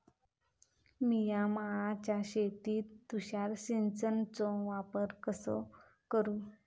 मिया माळ्याच्या शेतीत तुषार सिंचनचो वापर कसो करू?